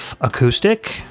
acoustic